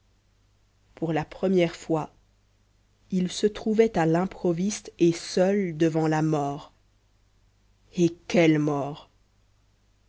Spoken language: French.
pour la première fois il se trouvait à l'improviste et seul devant la mort et quelle mort